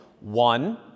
One